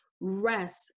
Rest